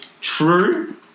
True